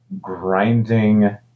grinding